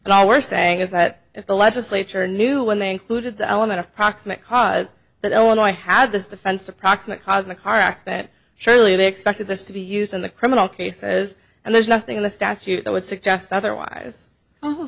and all we're saying is that the legislature knew when they included the element of proximate cause that illinois had this defense of proximate cause in a car accident surely they expected this to be used in the criminal cases and there's nothing in the statute that would suggest otherwise